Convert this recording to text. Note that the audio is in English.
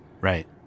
Right